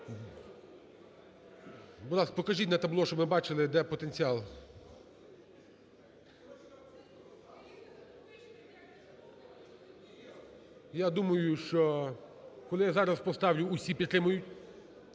ласка, покажіть на табло, щоб ми бачили, де потенціал. Я думаю, що… коли я зараз поставлю, усі підтримають.